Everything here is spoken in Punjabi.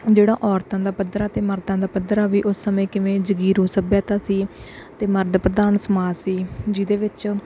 ਜਿਹੜਾ ਔਰਤਾਂ ਦਾ ਪੱਧਰ ਆ ਅਤੇ ਮਰਦਾਂ ਦਾ ਪੱਧਰ ਆ ਵੀ ਉਸ ਸਮੇਂ ਕਿਵੇਂ ਜਗੀਰ ਉਹ ਸੱਭਿਅਤਾ ਸੀ ਅਤੇ ਮਰਦ ਪ੍ਰਧਾਨ ਸਮਾਜ ਸੀ ਜਿਹਦੇ ਵਿੱਚ